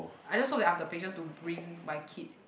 I just hope that I have the patience to bring my kid